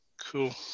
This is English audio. Cool